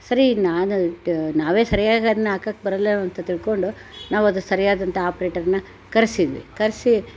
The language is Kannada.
ಸರಿ ನಾನು ಟ ನಾವೇ ಸರ್ಯಾಗಿ ಅದ್ನ ಹಾಕಕ್ಕೆ ಬರಲ್ವೇನೋ ಅಂತ ತಿಳ್ಕೊಂಡು ನಾವದು ಸರಿಯಾದಂಥ ಆಪ್ರೇಟರನ್ನ ಕರೆಸಿದ್ವಿ ಕರೆಸಿ